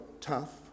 tough